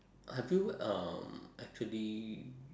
I feel um actually